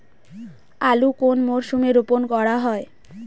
আলু কোন মরশুমে রোপণ করা হয়?